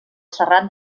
serrat